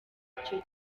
ico